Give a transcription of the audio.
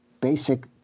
basic